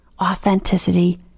authenticity